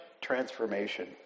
transformation